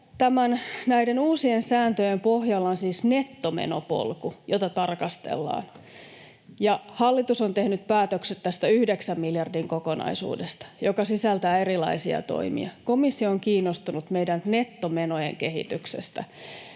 näiden uusien sääntöjen pohjalla on siis nettomenopolku, jota tarkastellaan. Hallitus on tehnyt päätökset tästä yhdeksän miljardin kokonaisuudesta, joka sisältää erilaisia toimia. Komissio on kiinnostunut meidän nettomenojen kehityksestä.